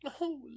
Oh